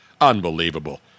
Unbelievable